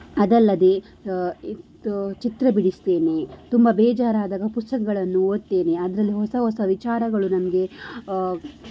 ಅದಲ್ಲದೇ ಇದು ಚಿತ್ರ ಬಿಡಿಸ್ತೇನೆ ತುಂಬ ಬೇಜಾರಾದಾಗ ಪುಸ್ತಕಗಳನ್ನು ಓದ್ತೇನೆ ಅದರಲ್ಲಿ ಹೊಸ ಹೊಸ ವಿಚಾರಗಳು ನನಗೆ